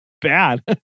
bad